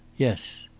yes.